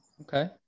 Okay